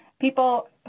People